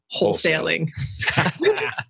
wholesaling